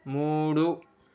మూడు